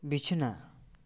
ᱵᱤᱪᱷᱱᱟ